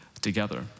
together